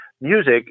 Music